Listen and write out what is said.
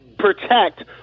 protect